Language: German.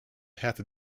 härte